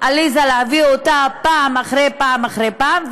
עליזה להביא אותה פעם אחרי פעם אחרי פעם,